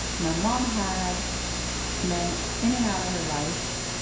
my mom had men in and out of her life.